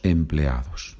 empleados